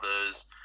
others